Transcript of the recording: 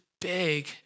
big